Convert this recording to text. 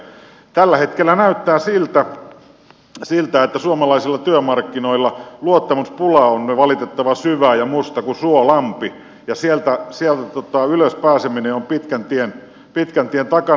tällä hetkellä näyttää siltä että suomalaisilla työmarkkinoilla luottamuspula on valitettavan syvä ja musta kuin suolampi ja sieltä ylös pääseminen on pitkän tien takana